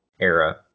era